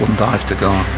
dive to go.